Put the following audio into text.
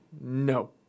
no